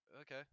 okay